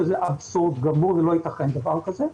וזה אבסורד גמור ולא יתכן דבר כזה,